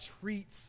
treats